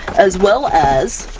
as well as